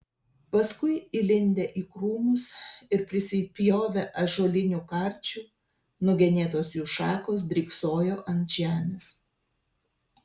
paskui įlindę į krūmus ir prisipjovę ąžuolinių karčių nugenėtos jų šakos dryksojo ant žemės